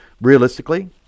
realistically